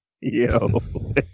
Yo